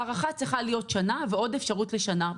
ההארכה צריכה להיות שנה ועוד אפשרות לשנה,